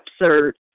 absurd